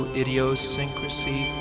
idiosyncrasy